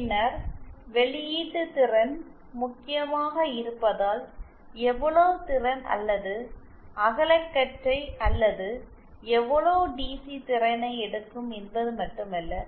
பின்னர் வெளியீட்டு திறன் முக்கியமாக் இருப்பதால் எவ்வளவு திறன் அல்லது அகலகற்றை அல்லது எவ்வளவு டிசி திறனை எடுக்கும் என்பது மட்டுமல்ல